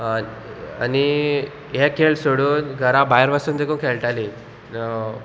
आनी हे खेळ सोडून घरा भायर वसून तेकू खेळटाली